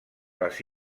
les